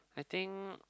I think